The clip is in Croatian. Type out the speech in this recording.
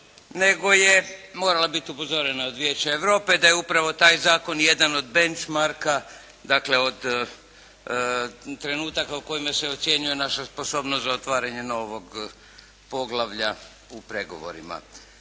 nego je morala biti upozorena od Vijeća Europe da je upravo taj zakon jedan od bench marka, dakle od trenutaka u kojima se ocjenjuje naša sposobnost za otvaranje novog poglavlja u pregovorima.